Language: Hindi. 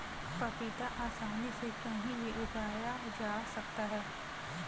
पपीता आसानी से कहीं भी उगाया जा सकता है